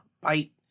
bite